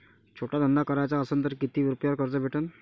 छोटा धंदा कराचा असन तर किती रुप्यावर कर्ज भेटन?